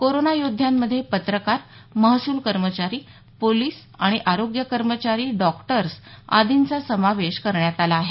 corona योद्ध्यांमध्ये पत्रकार महसूल कर्मचारी पोलीस आणि आरोग्य कर्मचारी डॉक्टर्स आदिंचा समावेश करण्यात आला आहे